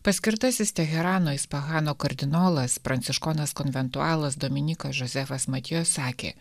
paskirtasis teherano isfahano kardinolas pranciškonas konventualas dominykas žozefas matjio sakė